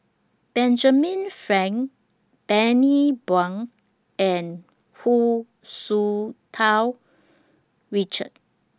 Benjamin Frank Bani Buang and Hu Tsu Tau Richard